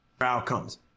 outcomes